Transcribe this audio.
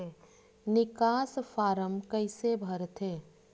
निकास फारम कइसे भरथे?